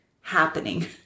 happening